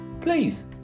please